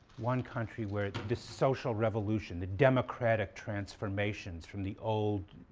one country where this social revolution, the democratic transformations from the old